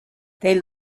they